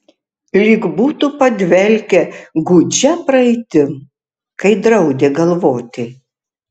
lyg būtų padvelkę gūdžia praeitim kai draudė galvoti